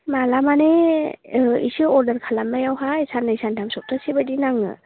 माला माने इसे अरदार खालाम नायावहाय साननै सानथाम सबथासे बायदि नाङो